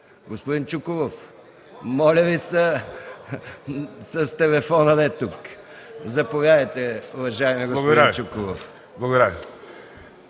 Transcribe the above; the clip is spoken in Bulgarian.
Господин Чуколов, моля Ви се, с телефона – не тук. Заповядайте, уважаеми господин Чуколов. ДЕСИСЛАВ